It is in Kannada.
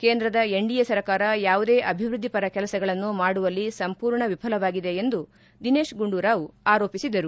ಕೇಂದ್ರದ ಎನ್ಡಿಎ ಸರಕಾರ ಯಾವುದೇ ಅಭಿವೃದ್ದಿ ಪರ ಕೆಲಸಗಳನ್ನು ಮಾಡುವಲ್ಲಿ ಸಂಪೂರ್ಣ ವಿಫಲವಾಗಿದೆ ಎಂದು ದಿನೇಶ್ ಗುಂಡೂರಾವ್ ಆರೋಪಿಸಿದರು